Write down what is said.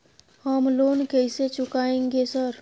हम लोन कैसे चुकाएंगे सर?